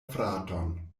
fraton